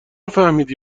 فهمیدی